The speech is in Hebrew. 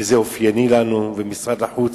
וזה אופייני לנו, ומשרד החוץ,